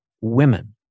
women